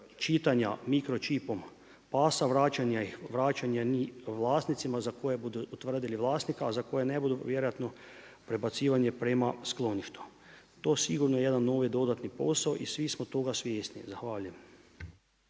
čitanja mikročipom pasa, vraćanje vlasnicima za koje budu utvrdili vlasnika, a za koje ne budu vjerojatno prebacivanje prema skloništu. To je sigurno jedan novi dodatni posao i svi smo toga svjesni. Zahvaljujem.